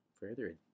further